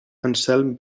anselm